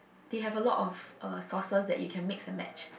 they have a lot of uh sauces that you can mix and match